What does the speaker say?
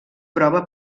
prova